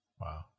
Wow